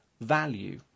value